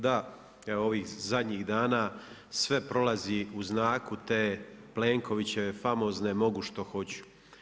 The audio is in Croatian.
Da, ja ovih zadnjih dana sve prolazi u znaku te Plenkovićeve famozne mogu što hoću.